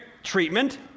treatment